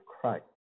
Christ